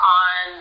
on